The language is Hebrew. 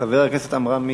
חבר הכנסת עמרם מצנע,